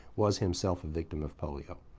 was himself a victim of polio.